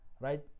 right